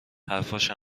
حرفاش